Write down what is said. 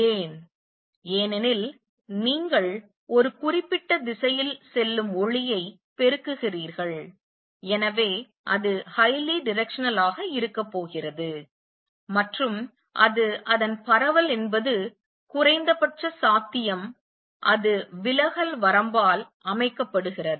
ஏன் ஏனெனில் நீங்கள் ஒரு குறிப்பிட்ட திசையில் செல்லும் ஒளியை பெருக்குகிறீர்கள் எனவே அது highly directional ஆக இருக்க போகிறது மற்றும் அது அதன் பரவல் என்பது குறைந்தபட்ச சாத்தியம் அது விலகல் வரம்பால் அமைக்கப்படுகிறது